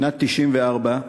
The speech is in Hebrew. שנת 1994,